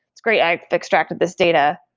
it's great, i've extracted this data,